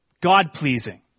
God-pleasing